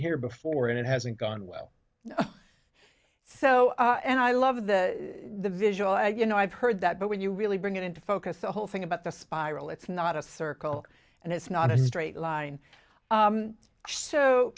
here before and it hasn't gone well so and i loved the visual and you know i've heard that but when you really bring it into focus the whole thing about the spiral it's not a circle and it's not a straight line